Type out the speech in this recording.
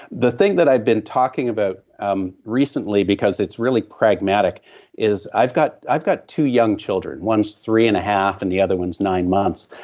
the thing that i did talking about um recently because it's really pragmatic is i've got i've got two young children. one is three and a half, and the other one is nine months.